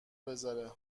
بزاره